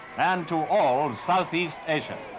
and to all southeast asia.